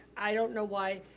i don't know why,